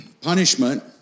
Punishment